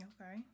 Okay